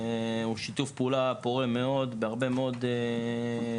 הוא שיתוף פעולה פורה מאוד בהרבה מאוד תחומים,